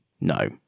no